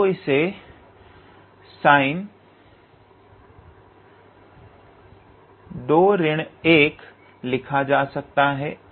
तो इसे sin 2 ऋण 1 लिखा जा सकता है